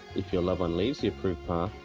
if your loved one leaves the approved path,